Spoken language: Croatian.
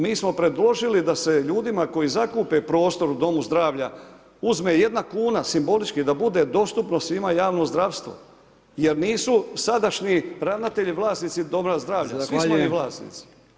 Mi smo predložili da se ljudima koji zakupe prostor u Domu zdravlja uzme jedna kuna, simbolički da bude dostupno svima javno zdravstvo jer nisu sadašnji ravnatelji vlasnici Doma zdravlja, svi smo mi vlasnici.